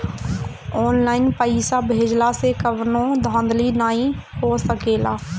online पइसा भेजला से कवनो धांधली नाइ हो सकेला